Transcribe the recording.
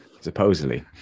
supposedly